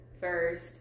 first